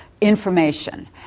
information